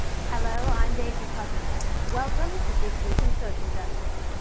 hello, i'm daisy cousens welcome to this week in social justice.